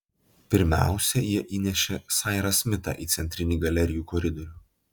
pirmiausia jie įnešė sairą smitą į centrinį galerijų koridorių